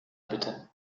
bitte